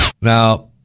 Now